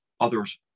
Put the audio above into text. others